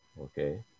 Okay